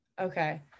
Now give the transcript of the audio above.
Okay